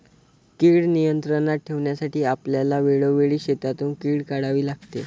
कीड नियंत्रणात ठेवण्यासाठी आपल्याला वेळोवेळी शेतातून कीड काढावी लागते